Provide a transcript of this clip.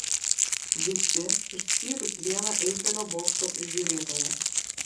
visi išskyrus vieną eifelio bokšto prižiūrėtoją